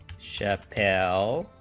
seven l